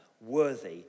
worthy